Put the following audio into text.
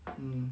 um